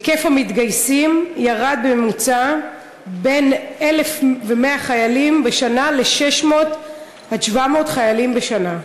היקף המתגייסים ירד בממוצע מ-1,100 חיילים בשנה ל-600 700 חיילים בשנה.